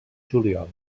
juliol